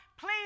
please